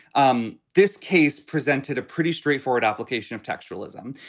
um this case presented a pretty straightforward application of textualism.